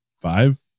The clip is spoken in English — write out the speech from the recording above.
five